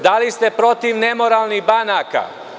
Da li ste protiv nemoralnih banaka?